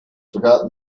forgotten